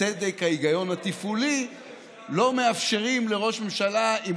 הצדק וההיגיון התפעולי לא מאפשרים לראש ממשלה עם